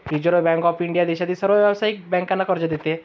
reserve bank of India देशातील सर्व व्यावसायिक बँकांना कर्ज देते